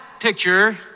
picture